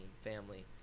Family